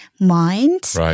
mind